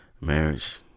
marriage